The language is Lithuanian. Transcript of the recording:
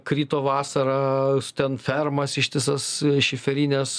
krito vasarą ten fermas ištisas šiferines